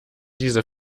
diese